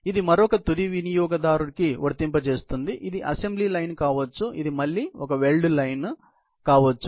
ఇది మరొక తుది వినియోగదారుకు వర్తింపజేస్తుంది ఇది అసెంబ్లీ లైన్ కావచ్చు లేదా మళ్ళీ ఒక వెల్డ్ లైన్ ఒక వెల్డ్ లైన్ కావచ్చు